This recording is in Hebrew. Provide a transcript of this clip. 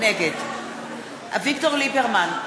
נגד אביגדור ליברמן,